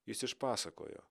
jis išpasakojo